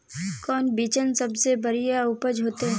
कौन बिचन सबसे बढ़िया उपज होते?